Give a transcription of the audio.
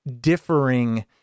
differing